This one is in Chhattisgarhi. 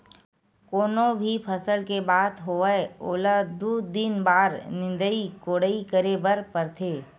कोनो भी फसल के बात होवय ओला दू, तीन बार निंदई कोड़ई करे बर परथे